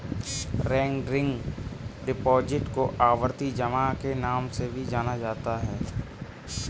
recurring deposit को आवर्ती जमा के नाम से भी जाना जाता है